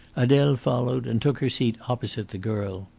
adele followed and took her seat opposite the girl.